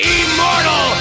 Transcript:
immortal